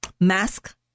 mask